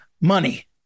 money